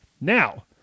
now